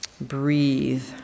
breathe